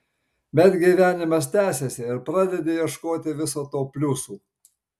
bet gyvenimas tęsiasi ir pradedi ieškoti viso to pliusų